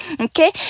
Okay